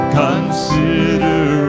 consider